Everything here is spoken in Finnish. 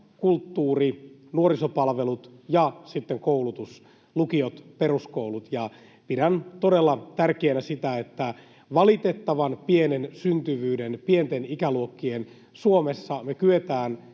kulttuuri-, nuorisopalvelut ja sitten koulutus: lukiot, peruskoulut — ja pidän todella tärkeänä sitä, että valitettavan pienen syntyvyyden, pienten ikäluokkien Suomessa me kyetään